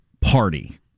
party